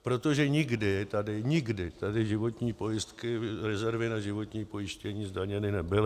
Protože nikdy, nikdy tady životní pojistky, rezervy na životní pojištění zdaněny nebyly.